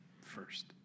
first